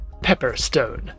Pepperstone